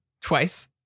Twice